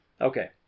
Okay